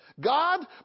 God